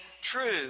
true